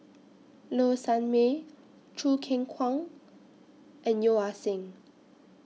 Low Sanmay Choo Keng Kwang and Yeo Ah Seng